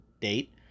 date